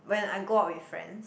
when I go out with friends